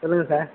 சொல்லுங்கள் சார்